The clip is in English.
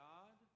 God